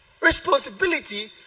responsibility